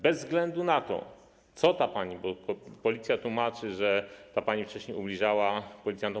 Bez względu na to, co ta pani zrobiła, bo policja tłumaczy, że ta pani wcześniej ubliżała policjantom.